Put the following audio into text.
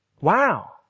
Wow